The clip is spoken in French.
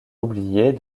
oublier